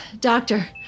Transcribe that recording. doctor